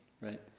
right